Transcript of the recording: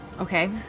Okay